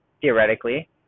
theoretically